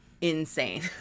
Insane